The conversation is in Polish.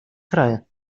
kraje